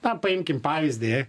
na paimkim pavyzdį